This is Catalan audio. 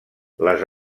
les